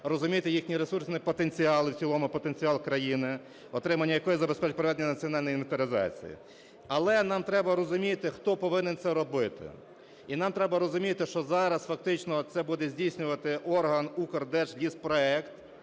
розуміти їхній ресурсний потенціал і в цілому потенціал країни, отримання якої забезпечить проведення національної інвентаризації. Але нам треба розуміти, хто повинен це робити, і нам треба розуміти, що зараз фактично це буде здійснювати орган Укрдержліспроект,